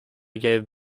gave